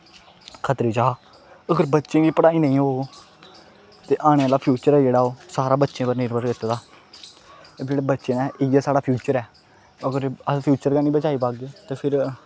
खतरे च हा जा अगर बच्चे दी पढ़ाई नेईं होग ते आने आह्ला फ्यूचर ऐ जेह्ड़ा ओह् सारा बच्चे उप्पर निरभर कीते दा जेह्ड़े बच्चे ऐ इ'यै साढ़ा फ्यूचर ऐ अगर अस फ्यूचर गै नेईं बचाई पाह्गे ते फिर